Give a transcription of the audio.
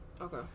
Okay